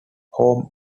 home